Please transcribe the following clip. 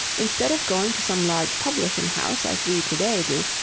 instead of going to some large publishing house, as we to-day do,